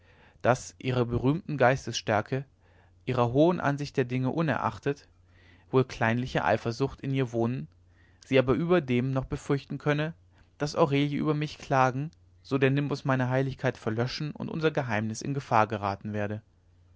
daß ihrer gerühmten geistesstärke ihrer hohen ansicht der dinge unerachtet wohl kleinliche eifersucht in ihr wohnen sie aber überdem noch befürchten könne daß aurelie über mich klagen so der nimbus meiner heiligkeit verlöschen und unser geheimnis in gefahr geraten werde